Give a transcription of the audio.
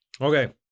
okay